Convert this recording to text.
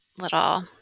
little